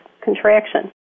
contraction